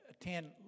attend